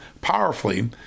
powerfully